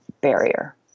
barrier